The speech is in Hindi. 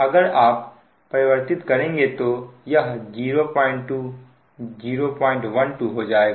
अगर आप परिवर्तित करेंगे तो यह 02 012 हो जाएगा